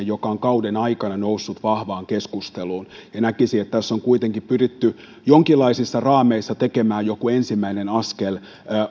joka on kauden aikana noussut vahvaan keskusteluun ja näkisin että tässä on kuitenkin pyritty jonkinlaisissa raameissa tekemään joku ensimmäinen askel